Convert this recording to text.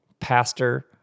Pastor